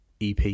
EP